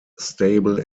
stable